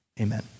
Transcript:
Amen